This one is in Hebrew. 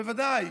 בוודאי.